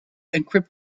encrypt